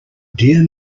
dear